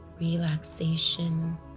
relaxation